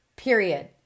Period